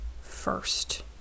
first